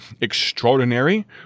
extraordinary